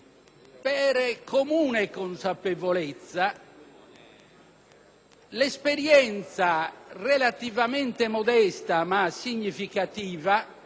l'esperienza relativamente modesta ma significativa delle Regioni a statuto speciale del nostro Paese.